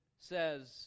says